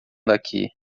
daqui